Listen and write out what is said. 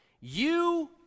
You